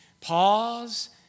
Pause